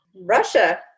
Russia